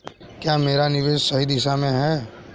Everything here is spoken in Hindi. क्या मेरा निवेश सही दिशा में है?